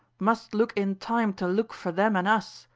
must look in time to look for them and us,